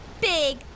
big